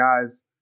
guys